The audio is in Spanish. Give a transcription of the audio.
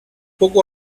poco